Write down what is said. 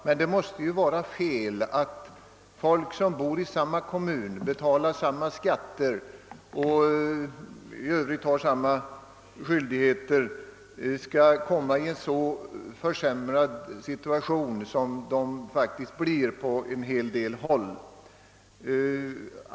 Men det måste vara felaktigt att en del av invånarna i en kommun, vilka betalar samma skatter och i övrigt har samma skyldigheter som övriga invånare, skall behöva vidkännas en sådan försämring av kommunikationsförhållandena som faktiskt blir fallet på en del håll.